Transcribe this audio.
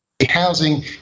housing